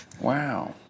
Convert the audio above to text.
Wow